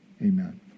amen